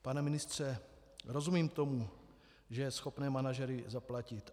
Pane ministře, rozumím tomu, že je schopné manažery zaplatit.